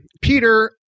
Peter